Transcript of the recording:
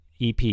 EP